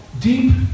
deep